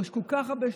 יש כל כך הרבה שטחים,